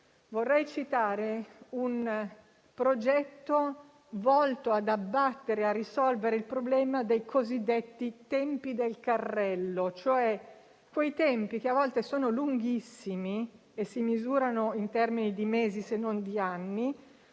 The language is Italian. vorrei citare un progetto volto ad abbattere e a risolvere il problema dei cosiddetti tempi del carrello, quei tempi, che a volte sono lunghissimi e si misurano in termini di mesi, se non di anni,